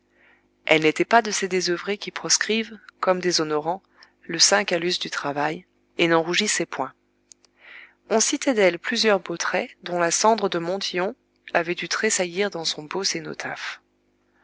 elles n'étaient pas de ces désœuvrées qui proscrivent comme déshonorant le saint calus du travail et n'en rougissaient point on citait d'elles plusieurs beaux traits dont la cendre de montyon avait dû tressaillir dans son beau